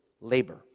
labor